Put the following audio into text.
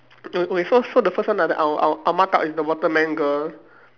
mm okay so so the first one that I'll I'll mark out is the watermelon girl